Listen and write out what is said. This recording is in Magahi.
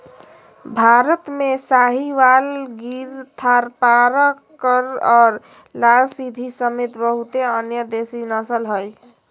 भारत में साहीवाल, गिर थारपारकर और लाल सिंधी समेत बहुते अन्य देसी नस्ल हइ